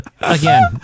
again